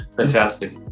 fantastic